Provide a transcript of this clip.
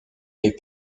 mais